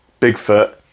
Bigfoot